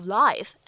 life